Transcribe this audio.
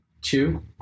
two